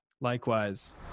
Likewise